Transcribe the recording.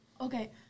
Okay